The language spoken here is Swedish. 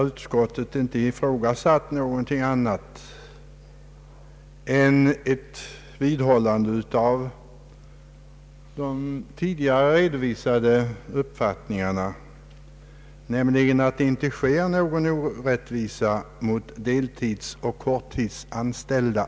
Utskottet har dock ansett sig böra vidhålla sin redan tidigare redovisade uppfattning, nämligen att det här inte sker någon större orättvisa mot deltidsoch korttidsanställda.